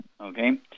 okay